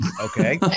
okay